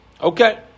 Okay